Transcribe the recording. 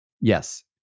Yes